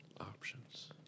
Options